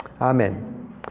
Amen